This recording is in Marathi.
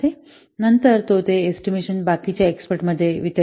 नंतर तो ते एस्टिमेशन बाकीच्या एक्स्पर्ट मध्ये प्रसार करेल